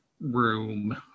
room